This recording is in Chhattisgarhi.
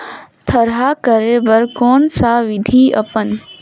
थरहा करे बर कौन सा विधि अपन?